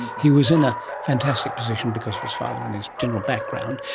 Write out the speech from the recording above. he was in a fantastic position because of his father and his general background.